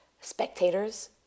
spectators